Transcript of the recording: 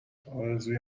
ارزوی